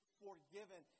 forgiven